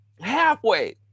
halfway